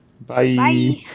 Bye